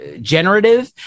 generative